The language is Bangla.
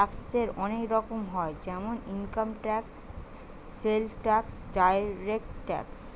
ট্যাক্সে অনেক রকম হয় যেমন income tax, sales tax, direct tax